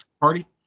party